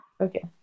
Okay